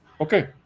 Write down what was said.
okay